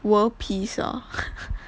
world peace ah